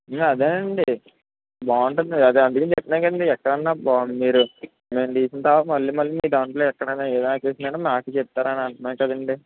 అదేనండీ బాగుంటుంది అది అందుకని చెప్తున్నా కదండీ ఎక్కడన్నా మీరు బో మేము తీసిన తర్వాత మళ్ళీ మళ్ళీ మీదాంట్లో ఎక్కడైనా ఏ అకేషన్ అయినా మాకే చెప్తారు అని అంటున్నాం కదండీ